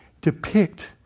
depict